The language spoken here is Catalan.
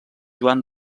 joan